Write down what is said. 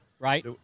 Right